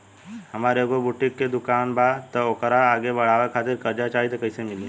हमार एगो बुटीक के दुकानबा त ओकरा आगे बढ़वे खातिर कर्जा चाहि त कइसे मिली?